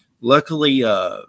luckily